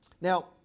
Now